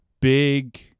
big